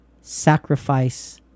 sacrifice